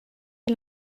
est